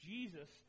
Jesus